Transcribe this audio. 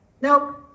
No